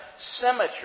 symmetry